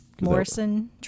Morrison